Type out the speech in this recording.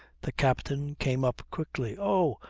the captain came up quickly. oh!